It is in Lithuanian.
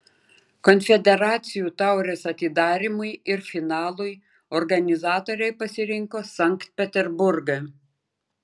konfederacijų taurės atidarymui ir finalui organizatoriai pasirinko sankt peterburgą